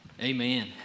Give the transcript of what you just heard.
Amen